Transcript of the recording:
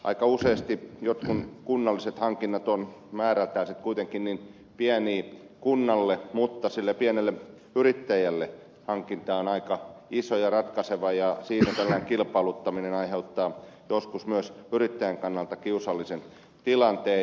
aika useasti jotkut kunnalliset hankinnat ovat määrältään kuitenkin niin pieniä kunnalle mutta sille pienelle yrittäjälle hankinta on aika iso ja ratkaiseva ja siinä tällainen kilpailuttaminen aiheuttaa joskus myös yrittäjän kannalta kiusallisen tilanteen